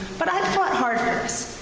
but i have fought hard for this.